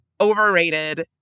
overrated